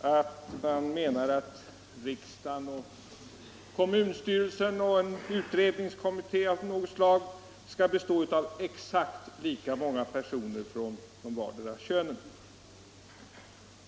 är det ett vanligt inslag att man menar att riksdagen, en kommunstyrelse eller en utredningskommitté skall bestå av exakt lika många personer av vardera könet.